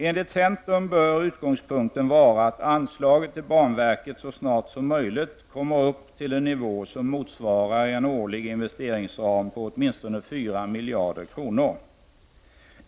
Enligt centern bör utgångspunkten vara att anslaget till banverket så snart som möjligt skall komma upp till en nivå som motsvarar en årlig investeringsram på åtminstone 4 miljarder kronor.